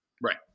Right